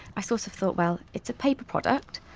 i sort of thought well, it's a paper product,